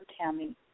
Tammy